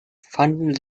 fanden